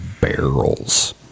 barrels